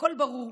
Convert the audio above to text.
הכול ברור.